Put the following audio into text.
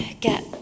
get